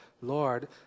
lord